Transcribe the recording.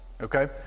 Okay